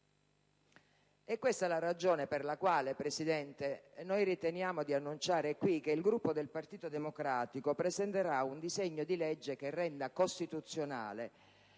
È questa la ragione per la quale, signor Presidente, noi riteniamo di annunciare qui che il Gruppo del Partito Democratico presenterà un disegno di legge che renda costituzionale